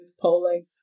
polling